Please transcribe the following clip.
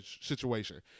situation